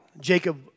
Jacob